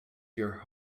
your